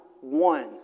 one